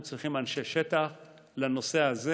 אנחנו צריכים אנשי שטח לנושא הזה.